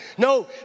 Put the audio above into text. No